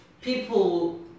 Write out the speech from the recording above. people